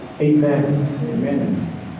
Amen